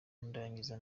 ndangiza